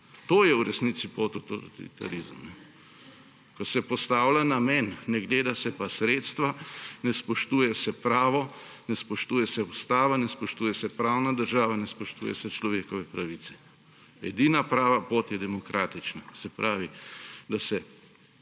To je v resnici pot v totalitarizem, ko se postavlja namen, ne gleda se pa sredstev, ne spoštuje se prava, ne spoštuje se ustave, ne spoštuje se pravne države, ne spoštuje se človekovih pravic. Edina prava pot je demokratična; se pravi, da se